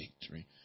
victory